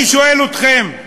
אני שואל אתכם,